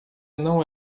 não